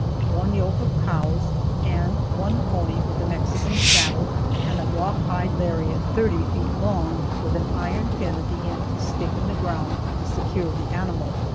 one yoke of cows and one pony with a mexican saddle and a rawhide lariat thirty feet long, with an iron pin at the end to stick in the ground to secure the animal.